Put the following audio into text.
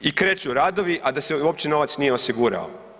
i kreću radovi, a da se uopće novac nije osigurao.